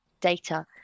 data